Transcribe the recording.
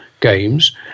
games